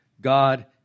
God